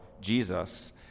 Jesus